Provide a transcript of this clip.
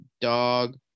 dog